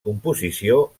composició